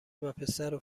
وپسرو